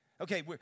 Okay